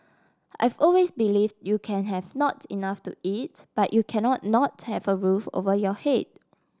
I've always believed you can have not enough to eat but you cannot not have a roof over your head